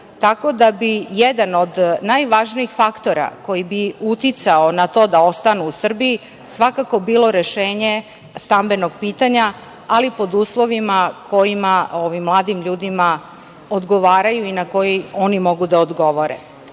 tako da bi jedan od najvažnijih faktora, koji bi uticao na to da ostanu u Srbiji, svakako bilo rešenje stambenog pitanja, ali pod uslovima koji ovim mladim ljudima odgovaraju i na koji oni mogu da odgovore. Takođe,